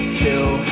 kill